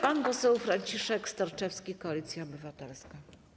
Pan poseł Franciszek Sterczewski, Koalicja Obywatelska.